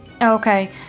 Okay